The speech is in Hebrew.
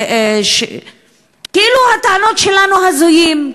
כאילו הטענות שלנו הזויות,